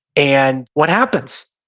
and what happens?